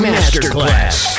Masterclass